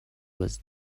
was